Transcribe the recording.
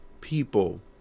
people